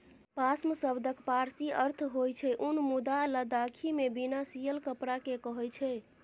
पाश्म शब्दक पारसी अर्थ होइ छै उन मुदा लद्दाखीमे बिना सियल कपड़ा केँ कहय छै